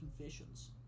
confessions